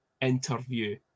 interview